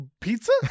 pizza